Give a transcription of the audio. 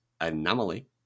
Anomaly